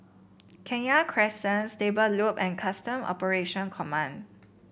Kenya Crescent Stable Loop and Custom Operation Command